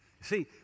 See